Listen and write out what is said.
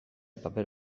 paper